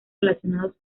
relacionados